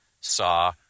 saw